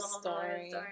story